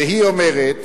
והיא אומרת